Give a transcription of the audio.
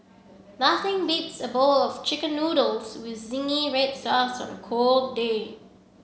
nothing beats a bowl of chicken noodles with zingy red sauce on a cold day